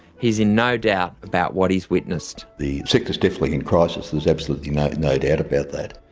he's in no doubt about what he's witnessed. the sector's definitely in crisis, there's absolutely no no doubt about that.